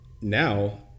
now